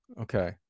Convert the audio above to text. Okay